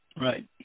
Right